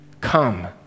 Come